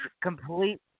complete